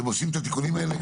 שהם עושים את התיקונים האלה,